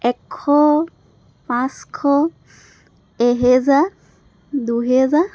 এশ পাঁচশ এহেজাৰ দুহেজাৰ